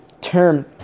term